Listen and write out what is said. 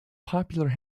popular